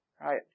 Right